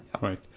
right